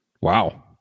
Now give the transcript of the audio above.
Wow